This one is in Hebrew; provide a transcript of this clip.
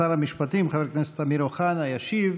שר המשפטים חבר הכנסת אמיר אוחנה ישיב.